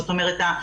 זאת אומרת,